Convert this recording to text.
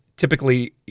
Typically